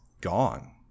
gone